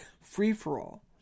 free-for-all